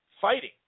fighting